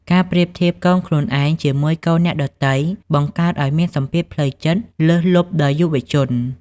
ការប្រៀបធៀបកូនខ្លួនឯងជាមួយកូនអ្នកដទៃ បង្កើតឱ្យមានសម្ពាធផ្លូវចិត្តលើសលប់ដល់យុវជន។